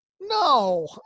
no